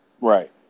Right